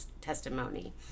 testimony